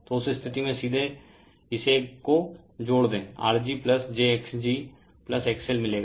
तो उस स्थिति में सीधे इस एक को जोड़ दें R g jx g XL मिलेगा